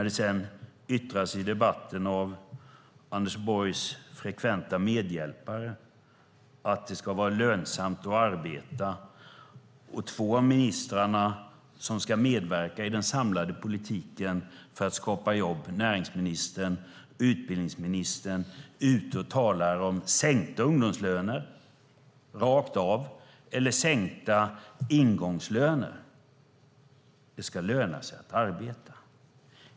Det yttras i debatten av Anders Borgs frekventa medhjälpare att det ska vara lönsamt att arbeta. Två av ministrarna som ska medverka i den samlade politiken för att skapa jobb, näringsministern och utbildningsministern, är ute och talar om sänkta ungdomslöner rakt av eller sänkta ingångslöner. Det ska löna sig att arbeta.